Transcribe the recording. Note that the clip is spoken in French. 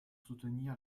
soutenir